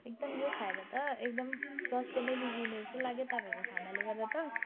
एकदम यो खाएर त एकदम स्वास्थ्य नै बिग्रिने जस्तो लाग्यो तपाईँहरूको खानाले गर्दा त